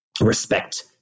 respect